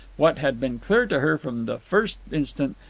what had been clear to her from the first instant,